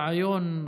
רעיון קיצוני,